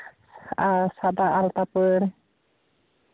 ᱟᱨ ᱥᱟᱫᱟ ᱟᱞᱛᱟᱯᱟᱹᱲ